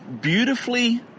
beautifully